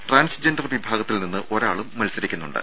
transgender വിഭാഗത്തിൽ നിന്ന് ഒരാളും മത്സരിക്കുന്നുണ്ട്